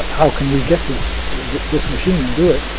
um how can we get this this machine and do it?